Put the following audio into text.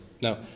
Now